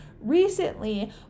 recently